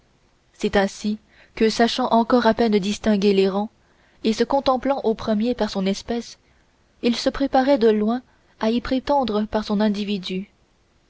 c'est ainsi que sachant encore à peine distinguer les rangs et se contemplant au premier par son espèce il se préparait de loin à y prétendre par son individu